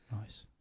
Nice